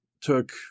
took